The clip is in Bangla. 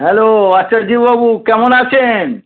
হ্যালো আচার্য্যবাবু কেমন আছেন